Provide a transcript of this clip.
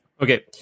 okay